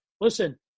listen